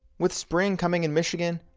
with spring coming in michigan,